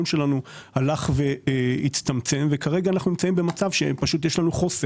שלנו הלך והצטמצם וכרגע אנחנו נמצאים במצב של חוסר.